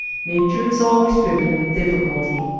nature is always driven with difficulty.